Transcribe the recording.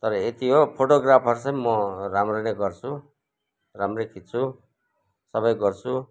तर यति हो फोटोग्राफर चाहिँ म राम्रै ने गर्छु राम्रै खिच्छु सबै गर्छु